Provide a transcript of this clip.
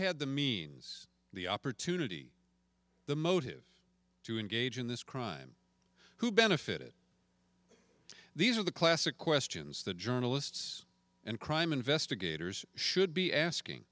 had the means the opportunity the motive to engage in this crime who benefited these are the classic questions that journalists and crime investigators should be asking